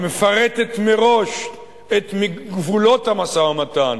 המפרטת מראש את גבולות המשא-ומתן,